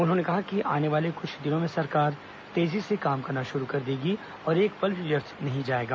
उन्होंने कहा कि आने वाले कुछ दिनों में सरकार तेजी से काम करना शुरू कर देगी और एक पल भी व्यर्थ नहीं किया जाएगा